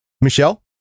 Michelle